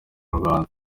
rwanda